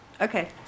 okay